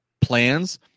plans